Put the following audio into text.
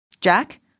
Jack